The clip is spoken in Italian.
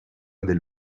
del